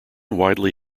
widely